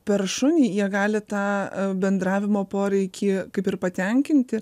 per šunį jie gali tą bendravimo poreikį kaip ir patenkinti